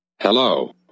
Hello